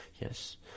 Yes